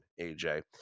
AJ